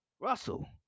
Russell